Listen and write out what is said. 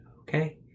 Okay